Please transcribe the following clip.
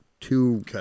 two